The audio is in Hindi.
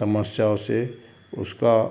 समस्याओं से उसका